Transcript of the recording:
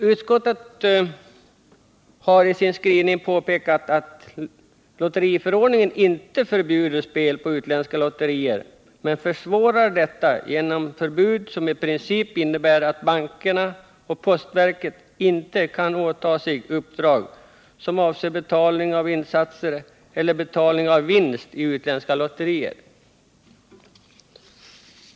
Utskottet har i sin skrivning påpekat att lotteriförordningen inte förbjuder spel på utländska lotterier men försvårar detta genom förbud som i princip innebär att bankerna och postverket inte kan åta sig uppdrag som avser betalning av insatser eller betalning av vinster i utländska lotterier.